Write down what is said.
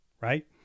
right